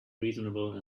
reasonable